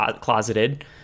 closeted